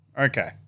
Okay